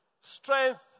strength